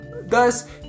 thus